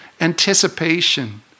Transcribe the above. anticipation